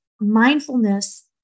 Mindfulness